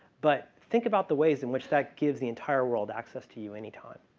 but think about the ways in which that gives the entire world access to you any time.